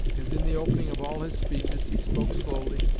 as in the opening of all his speeches, he spoke slowly,